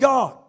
God